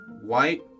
White